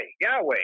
Yahweh